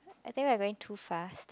I think we're going too fast